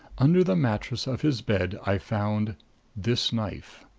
under the mattress of his bed i found this knife.